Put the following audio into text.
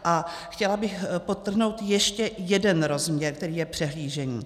A chtěla bych podtrhnout ještě jeden rozměr, který je přehlížený.